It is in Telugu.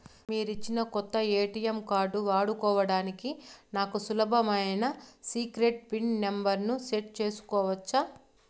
మీరిచ్చిన కొత్త ఎ.టి.ఎం కార్డు వాడుకోవడానికి నాకు సులభమైన సీక్రెట్ పిన్ నెంబర్ ను సెట్ సేసుకోవచ్చా?